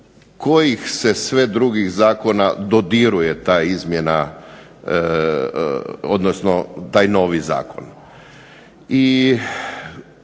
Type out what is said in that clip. kojih se sve drugih zakona dodiruje ta izmjena, odnosno taj novi zakon.